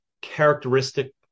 characteristic